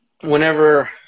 whenever